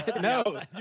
no